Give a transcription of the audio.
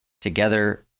together